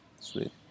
sweet